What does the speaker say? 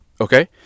Okay